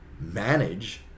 manage